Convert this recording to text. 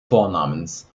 vornamens